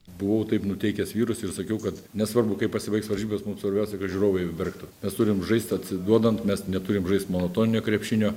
buvau taip nuteikęs vyrus ir sakiau kad nesvarbu kaip pasibaigs varžybos mums svarbiausia kad žiūrovai verktų mes turim žaisti atsiduodant mes neturim žaist monotoninio krepšinio